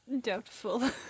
doubtful